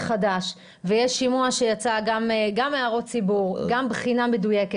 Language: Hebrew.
אנחנו שמחים לארח את השר ניצן הורוביץ ביחד עם מנכ"ל משרד הבריאות,